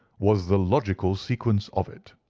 was the logical sequence of it.